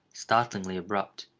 startlingly abrupt.